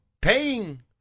paying